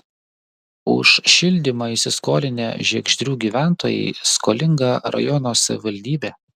už šildymą įsiskolinę žiegždrių gyventojai skolinga rajono savivaldybė